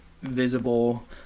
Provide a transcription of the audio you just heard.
visible